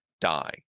die